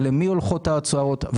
למי הולכות ההצעות,